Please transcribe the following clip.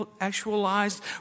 actualized